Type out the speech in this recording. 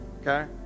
okay